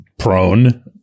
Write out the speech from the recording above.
prone